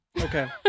Okay